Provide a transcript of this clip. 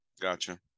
gotcha